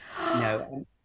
No